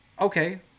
Okay